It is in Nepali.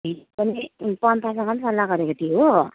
पम्फासँग पनि सल्लाह गरेको थिएँ हो